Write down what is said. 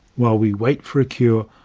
while we wait for a cure,